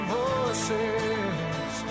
voices